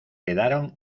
quedaron